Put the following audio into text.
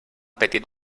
petit